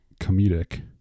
comedic